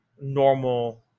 normal